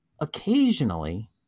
occasionally